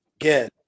again